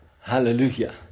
Hallelujah